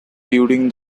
during